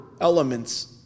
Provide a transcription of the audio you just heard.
elements